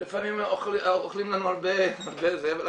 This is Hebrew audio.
לפעמים אוכלים לנו הרבה --- אגב,